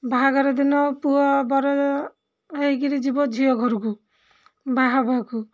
ବାହାଘର ଦିନ ପୁଅ ବର ହେଇ କରି ଯିବ ଝିଅ ଘରକୁ ବାହା ହେବାକୁ